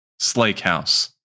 Slakehouse